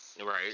Right